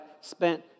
spent